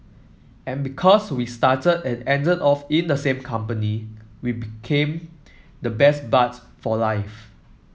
and because we started and ended off in the same company we became the best buds for life